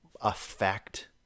affect